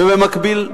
ובמקביל,